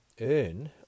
earn